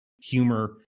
humor